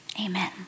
amen